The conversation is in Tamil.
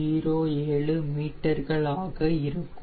1207 மீட்டர்கள் ஆக இருக்கும்